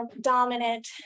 dominant